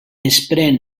lleugera